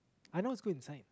I know who's good in science